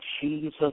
Jesus